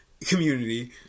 community